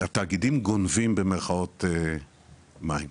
התאגידים "גונבים" מים.